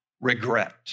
regret